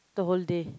the whole day